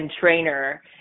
trainer